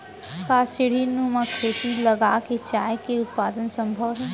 का सीढ़ीनुमा खेती लगा के चाय के उत्पादन सम्भव हे?